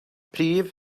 prif